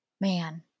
Man